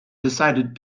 decided